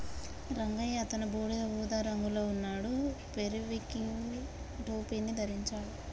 రంగయ్య అతను బూడిద ఊదా రంగులో ఉన్నాడు, పెరివింకిల్ టోపీని ధరించాడు